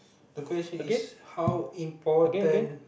the question is how important